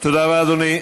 תודה רבה, אדוני.